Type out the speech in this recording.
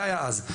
זה היה אז.